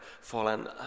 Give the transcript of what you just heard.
fallen